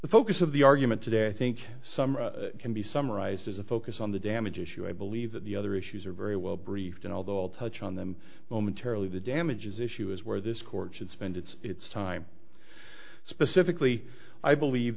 the focus of the argument today i think summer can be summarized as a focus on the damage issue i believe that the other issues are very well briefed and although i'll touch on them momentarily the damages issue is where this court should spend its its time specifically i believe